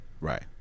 right